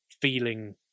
feeling